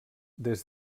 des